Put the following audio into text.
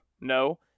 No